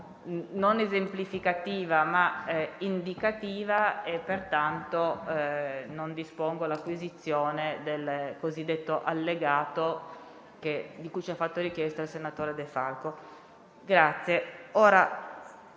non esemplificativa ma indicativa e dunque non dispongo l'acquisizione del cosiddetto allegato di cui ci ha fatto richiesta il senatore De Falco.